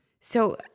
So-